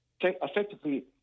Effectively